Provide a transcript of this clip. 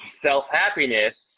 self-happiness